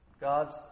God's